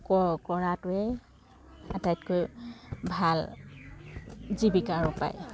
কৰাটোৱে আটাইতকৈ ভাল জীৱিকাৰ উপায়